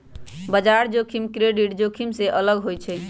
बजार जोखिम क्रेडिट जोखिम से अलग होइ छइ